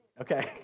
Okay